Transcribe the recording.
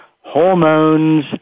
hormones